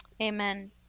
Amen